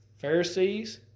Pharisees